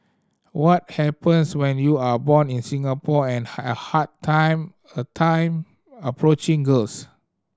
what happens when you are born in Singapore and had a hard time a time approaching girls